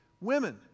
Women